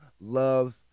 love